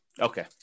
Okay